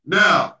now